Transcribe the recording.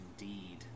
indeed